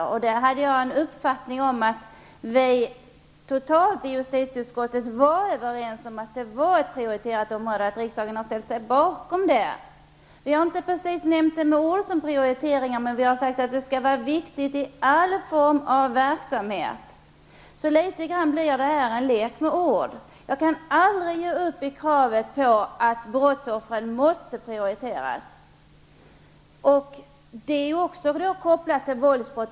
Jag hade uppfattningen att vi i justitieutskottet var överens om att detta var ett prioriterat område och att riksdagen har ställt sig bakom det. Vi har inte precis använt ordet prioriteringar, men vi har sagt att det i alla former av verksamhet skall vara viktigt. Litet grand blir detta alltså en lek med ord. Jag kan aldrig ge upp kravet på att brottsoffren måste prioriteras. Det är också kopplat till våldsbrott.